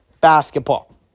basketball